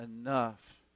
enough